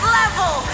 level